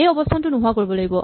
এই অৱস্হানটো নোহোৱা কৰিব লাগিব